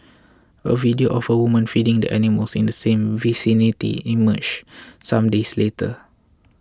a video of a woman feeding the animals in the same vicinity emerged some days later